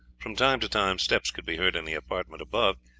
from time to time steps could be heard in the apartment above,